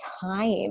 time